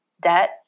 debt